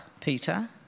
Peter